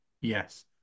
yes